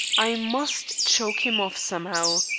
i must choke him off somehow.